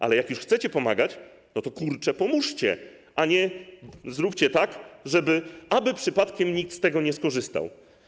Ale jak już chcecie pomagać, no to, kurczę, pomóżcie, a nie zróbcie tak, żeby przypadkiem nikt z tego nie skorzystał.